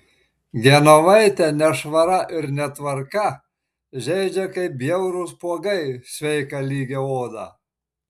genovaitę nešvara ir netvarka žeidžia kaip bjaurūs spuogai sveiką lygią odą